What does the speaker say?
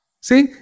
See